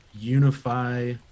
unify